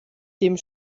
dem